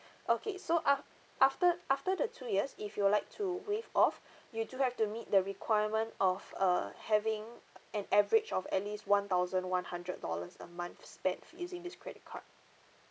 okay so af~ after after the two years if you would like to waive off you do have to meet the requirement of uh having an average of at least one thousand one hundred dollars a month spend using this credit card